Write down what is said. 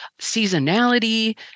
seasonality